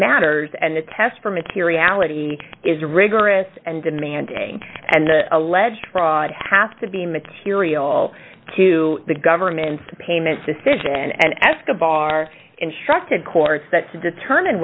matters and the test for materiality is rigorous and demanding and the alleged fraud have to be material to the government payment decision and escobar instructed course that to determine